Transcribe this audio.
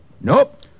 Nope